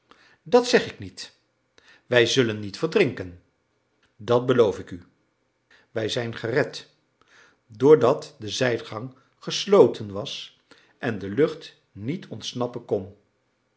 dat zeg ik niet wij zullen niet verdrinken dat beloof ik u wij zijn gered doordat de zijgang gesloten was en de lucht niet ontsnappen kon